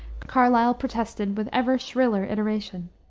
carlyle protested with ever-shriller iteration.